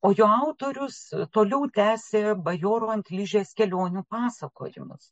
o jo autorius toliau tęsė bajoro ant ližės kelionių pasakojimus